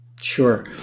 Sure